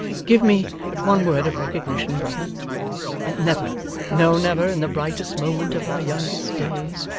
give me but one word of recognition, brother and never no never, in the brightest moment of our youngest days,